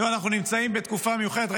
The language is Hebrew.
תראו, אנחנו נמצאים בתקופה מיוחדת.